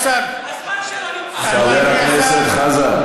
ולכן, ולכן, חבר הכנסת חזן,